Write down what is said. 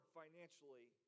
financially